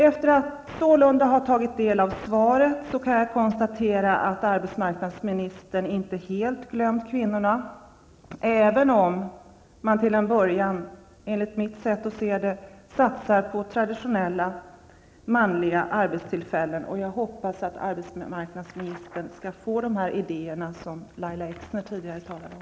Efter att sålunda ha tagit del av svaret kan jag konstatera att arbetsmarknadsministern inte helt glömt kvinnorna, även om man i början, enligt mitt sett att se, satsar på traditionella manliga arbetstillfällen. Jag hoppas att arbetsmarknadsministern skall få de idéer som Lahja Exner tidigare talade om.